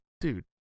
dude